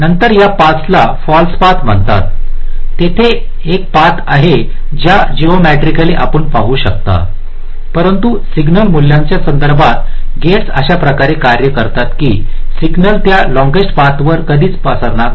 नंतर या पाथस ला फाल्स पथ म्हणतात तेथे एक पाथ आहे ज्या जेओमेट्रीकलली आपण पाहू शकता परंतु सिग्नल मूल्याच्या संदर्भात गेट्स अशा प्रकारे कार्य करतात की सिग्नल त्या लॉंगेस्ट पाथवर कधीच पसरणार नाही